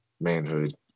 manhood